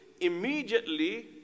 immediately